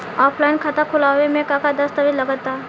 Offline खाता खुलावे म का का दस्तावेज लगा ता?